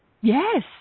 yes